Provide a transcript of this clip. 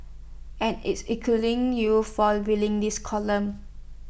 and is including you for reading this column